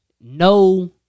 no